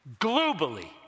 globally